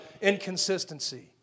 inconsistency